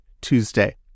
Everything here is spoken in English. Tuesday